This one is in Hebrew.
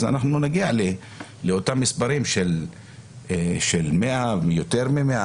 אנחנו נגיע לאותם מספרים של 100 ויותר מ-100.